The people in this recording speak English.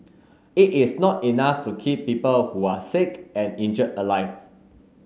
it is not enough to keep people who are sick and injured alive